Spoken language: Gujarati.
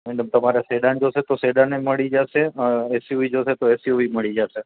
મેડમ તમારે જોશે તો સેડાને મળી જાશે એસયુવી જોશે તો એસયુવી મળી જાશે